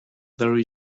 there